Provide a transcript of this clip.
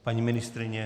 Paní ministryně?